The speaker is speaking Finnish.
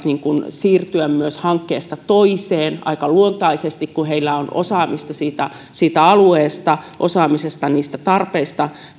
siirtyä myös hankkeesta toiseen aika luontaisesti kun heillä on osaamista siitä alueesta ja niistä tarpeista